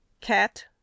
Cat